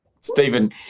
stephen